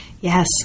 Yes